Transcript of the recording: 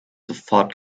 sofort